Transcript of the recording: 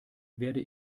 werde